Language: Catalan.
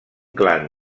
clan